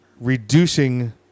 reducing